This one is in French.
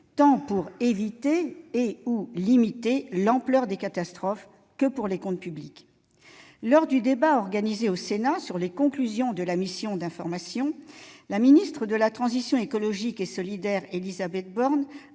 tant pour éviter et/ou limiter l'ampleur des catastrophes que pour ménager les comptes publics ! Lors du débat organisé au Sénat sur les conclusions de la mission d'information, la ministre de la transition écologique et solidaire, Élisabeth Borne,